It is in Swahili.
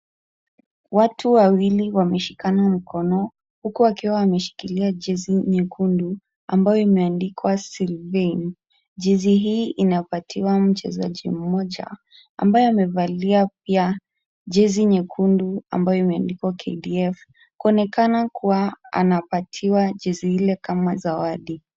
Watu wawili wameshikana mkono huku wakiwa wameshikilia jezi nyekundu ambayo imeandikwa Sylvane . Jezi hii inapatiwa mchezaji mmoja ambaye amevalia pia jezi nyekundu ambayo imeandikwa KDF . Kuonekana kuwa anapatiwa jezi ile kama zawadi.